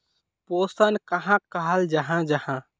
पोषण कहाक कहाल जाहा जाहा?